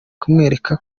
kumwereka